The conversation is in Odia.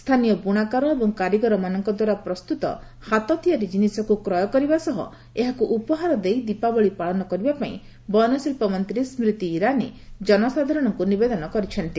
ସ୍ଥାନୀୟ ବୁଣାକାର ଏବଂ କାରିଗରମାନଙ୍କ ଦ୍ୱାରା ପ୍ରସ୍ତୁତ ହାତତିଆରି ଜିନିଷକୁ କ୍ରୟ କରିବା ସହ ଏହାକୁ ଉପହାର ଦେଇ ଦିପାବଳୀ ପାଳନ କରିବା ପାଇଁ ବୟନଶିଳ୍ପ ମନ୍ତ୍ରୀ ସ୍କୁତି ଇରାନୀ ଜନସାଧାରଣଙ୍କୁ ନିବେଦନ କରିଛନ୍ତି